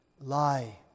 lie